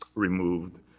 removed.